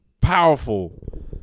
powerful